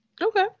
okay